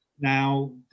now